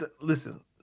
Listen